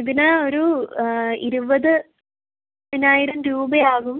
ഇതിന് ഒരു ഇരുപതിനായിരം രൂപയാകും